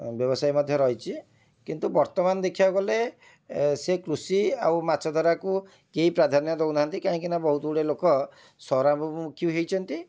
ବ୍ୟବସାୟ ମଧ୍ୟ ରହିଛି କିନ୍ତୁ ବର୍ତ୍ତମାନ ଦେଖିବାକୁ ଗଲେ ସେ କୃଷି ଆଉ ମାଛଧରାକୁ କେହି ପ୍ରାଧାନ୍ୟ ଦେଉନାହାଁନ୍ତି କାହିଁକି ନା ବହୁତ ଗୁଡ଼େ ଲୋକ ସହରାଭିମୁଖୀ ହେଇଛନ୍ତି